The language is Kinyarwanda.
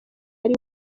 ari